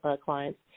clients